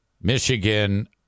Michigan